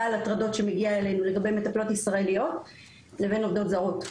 על הטרדות שמגיע אלינו לגבי מטפלות ישראליות לבין עובדות זרות.